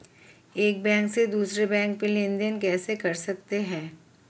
एक बैंक से दूसरे बैंक में लेनदेन कैसे कर सकते हैं?